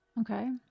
okay